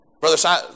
Brother